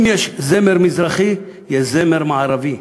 אם יש זמר מזרחי, יש זמר מערבי.